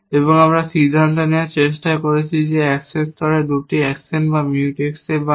এবং আমরা সিদ্ধান্ত নেওয়ার চেষ্টা করছি যে অ্যাকশন স্তরে 2টি অ্যাকশন বা মিউটেক্স বা না